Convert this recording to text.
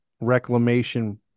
reclamation